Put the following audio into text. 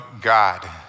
God